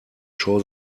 show